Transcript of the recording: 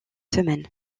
semaine